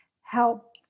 help